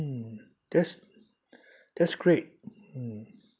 mm that's that's great mm